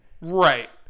right